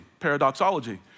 paradoxology